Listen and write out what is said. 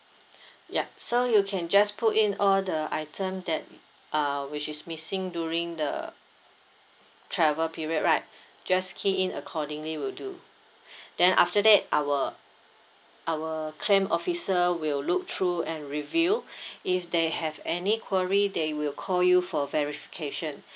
ya so you can just put in all the item that uh which is missing during the travel period right just key in accordingly will do then after that our our claim officer will look through and review if they have any query they will call you for verification